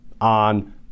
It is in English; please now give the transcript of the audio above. on